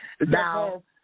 Now